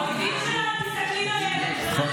עומדים שם ומסתכלים עליהם, אחד